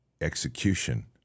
execution